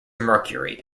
mercury